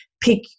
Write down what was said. Pick